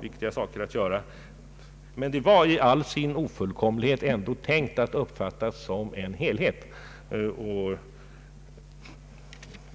viktiga saker att göra, i all sin ofullkomlighet tänkt att uppfattas såsom en helhet.